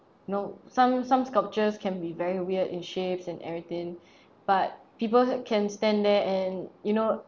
you know some some sculptures can be very weird in shapes and everything but people can stand there and you know